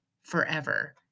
forever